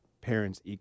parents